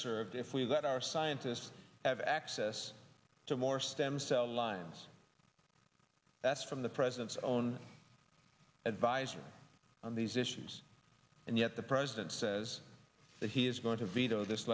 served if we let our scientists have access to more stem cell lines that's from the president's own advisers on these issues and yet the president says that he is going to veto this